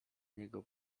niego